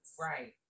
Right